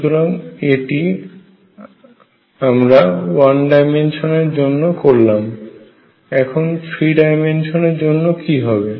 সুতরাং এটি আমরা ওয়ান ডাইমেনশন এর জন্য করলাম এখন এটি থ্রি ডাইমেনশন এর জন্য কি হবে